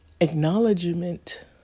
Acknowledgement